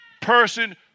person